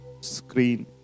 screen